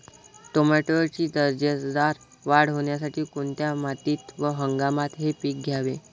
टोमॅटोची दर्जेदार वाढ होण्यासाठी कोणत्या मातीत व हंगामात हे पीक घ्यावे?